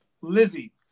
Lizzie